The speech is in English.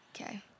Okay